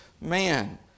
man